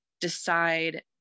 decide